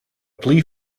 plea